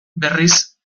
berriz